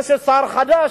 יש שר חדש,